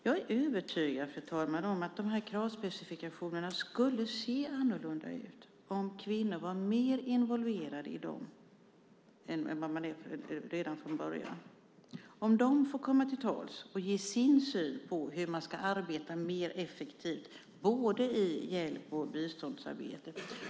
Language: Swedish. Jag är övertygad, fru talman, om att dessa kravspecifikationer skulle se annorlunda ut om kvinnor var mer involverade i dem redan från början än vad de är och om kvinnorna fick komma till tals och ge sin syn på hur man ska arbeta mer effektivt både i hjälp och biståndsarbete.